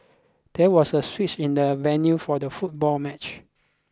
there was a switch in the venue for the football match